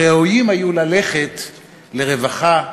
ראויים היו ללכת לרווחה,